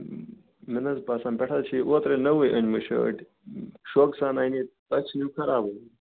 مےٚ نہ حظ باسان پٮ۪ٹھ حظ چھِ یہِ اوترے نٔوٕے أنمٕژ شٲٹ شوقہٕ سان اَنے تۄہہ ژھنوٕ خرابٕے کٔرِتھ